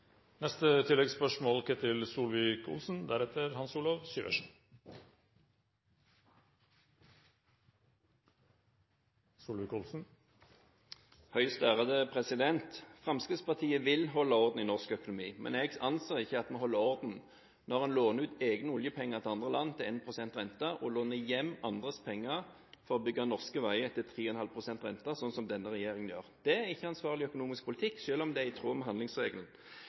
Ketil Solvik-Olsen – til oppfølgingsspørsmål. Fremskrittspartiet vil holde orden i norsk økonomi. Jeg anser ikke at en holder orden når en låner ut egne oljepenger til andre land til 1 pst. rente, og låner hjem andres penger for å bygge norske veier til 3,5 pst. rente, slik som denne regjeringen gjør. Det er ikke ansvarlig økonomisk politikk, selv om det er i tråd med handlingsregelen.